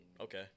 Okay